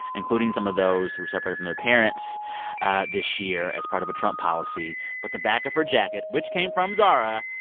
including some of those who were so separated from their parents this year as part of a trump policy. but the back of her jacket, which came from zara,